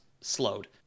slowed